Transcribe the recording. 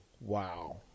wow